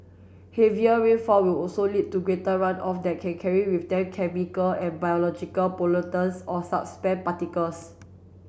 heavier rainfall will also lead to greater runoff that can carry with them chemical and biological pollutants or particles